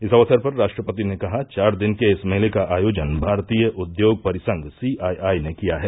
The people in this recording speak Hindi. इस अक्सर पर राष्ट्रपति ने कहा चार दिन के इस मेलेका आयोजन भारतीय उद्योग परिसंघ सी आई आई ने किया है